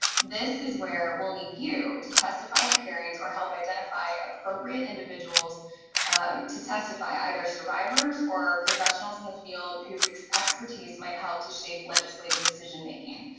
this is where we'll need you to testify at hearings or help identify appropriate individuals to testify, either survivors or professionals in the field whose expertise might help to shape legislative decision-making.